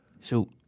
Shoot